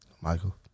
Michael